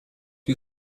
you